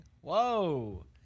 Whoa